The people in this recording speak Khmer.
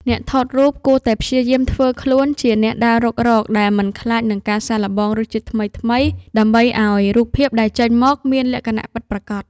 អ្នកថតរូបគួរតែព្យាយាមធ្វើខ្លួនជា អ្នកដើររុករក ដែលមិនខ្លាចនឹងការសាកល្បងរសជាតិថ្មីៗ ដើម្បីឱ្យរូបភាពដែលចេញមកមានលក្ខណៈពិតប្រាកដ។